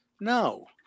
No